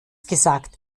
gesagt